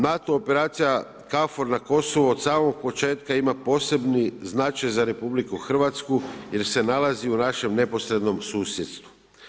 NATO operacija KFOR na Kosovu od samog početka ima posebni značaj za RH jer se nalazi u našem neposrednom susjedstvu.